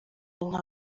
n’imana